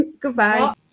goodbye